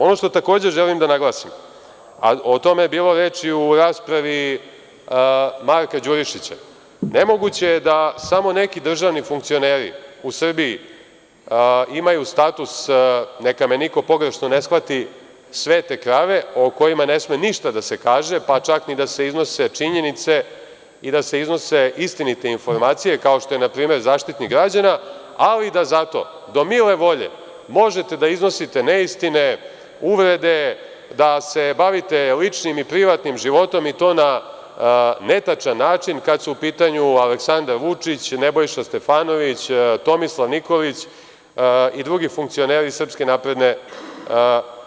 Ono što takođe želim da naglasim, a o tome je bilo reči u raspravi Marka Đurišića, nemoguće je da samo neki državni funkcioneri u Srbiji imaju status, neka me niko pogrešno ne shvati, svete krave, o kojima ne sme ništa da se kaže, pa čak ni da se iznose činjenice i da se iznose istinite informacije, kao što je na primer zaštitnik građana, ali da zato do mile volje možete da iznosite neistine, uvrede, da se bavite ličnim i privatnim životom i to na netačan način kada su u pitanju Aleksandar Vučić, Nebojša Stefanović, Tomislav Nikolić i drugi funkcioneri SNS.